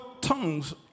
tongues